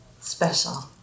special